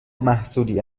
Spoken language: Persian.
محصولی